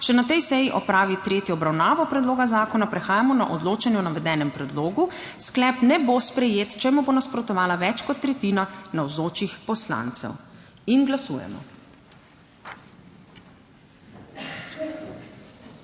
še na tej seji opravi tretjo obravnavo predloga zakona, prehajamo na odločanje o navedenem predlogu. Sklep ne bo sprejet, če mu bo nasprotovala več kot tretjina navzočih poslancev. Glasujemo.